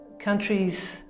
countries